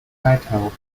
fatal